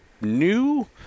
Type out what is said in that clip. new